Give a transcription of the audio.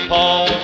Paul